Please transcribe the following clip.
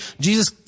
Jesus